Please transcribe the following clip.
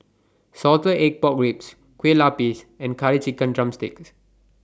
Salted Egg Pork Ribs Kue Lupis and Curry Chicken drumsticks